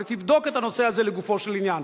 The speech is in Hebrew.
אבל היא תבדוק את הנושא הזה לגופו של עניין.